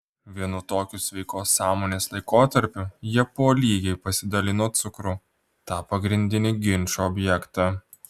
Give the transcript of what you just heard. vienu tokiu sveikos sąmonės laikotarpiu jie po lygiai pasidalino cukrų tą pagrindinį ginčo objektą